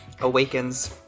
awakens